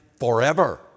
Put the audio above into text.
forever